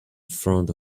front